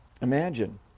Imagine